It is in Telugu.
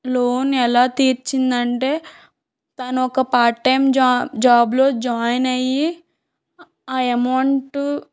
లోన్ ఎలా తీర్చింది అంటే తను ఒక పార్ట్ టైం జా జాబ్లో జాయిన్ అయ్యి ఆ అమౌంటు